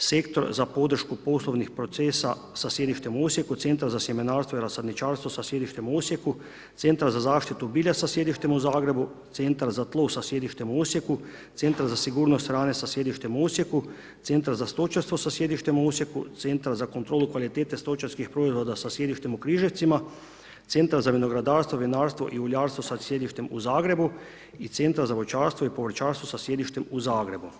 Sektor za podršku poslovnih procesa sa sjedištem u Osijeku, Centar za sjemenartstvo i rasadničarstvo sa sjedištem u Osijeku, Centar za zaštitu bilja sa sjedištem u Zagrebu, Centar za tlo sa sjedištem u Osijeku, Centar za sigurnost hrane sa sjedištem u Osijeku, Centar za stočarstvo sa sjedištem u Osijeku, Centar za kontrolu kvalitete stočarskih proizvoda sa sjedištem u Križevcima, Centar za vinogradarstvo, vinarstvo i uljarstvo sa sjedištem u Zagrebu i Centar za voćarstvo i povrćarstvo sa sjedištem u Zagrebu.